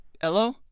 Hello